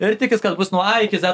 ir tikis kad bus nuo a iki z